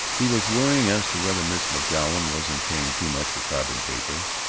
he was worrying as to whether miss mcgoun wasn't paying too much for carbon paper.